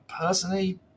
personally